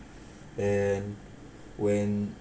and when